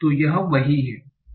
तो यह वही है जो आप लेंगे